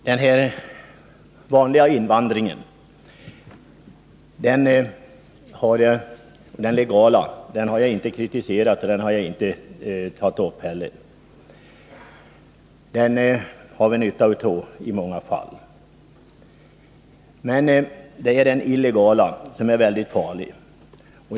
Herr talman! Den legala invandringen har jag inte kritiserat och inte heller Torsdagen den tagit upp. Den har vi nytta av i många fall. Men det är den illegala 423 oktober 1980 invandringen som är mycket farlig.